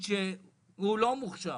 שהוא לא מוכשר.